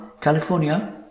California